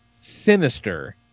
sinister